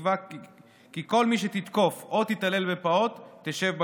שיקבע כי כל מי שתתקוף או תתעלל בפעוט תשב בכלא.